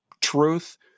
truth